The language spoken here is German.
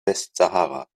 westsahara